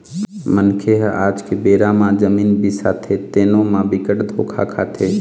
मनखे ह आज के बेरा म जमीन बिसाथे तेनो म बिकट धोखा खाथे